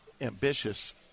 ambitious